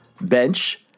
bench